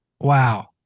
Wow